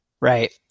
Right